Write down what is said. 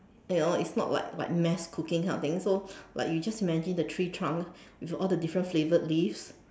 you know it's not like like mass cooking kind of thing so like you just imagine the tree trunk with all the different flavored leaf